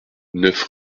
neuf